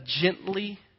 gently